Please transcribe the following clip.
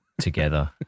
Together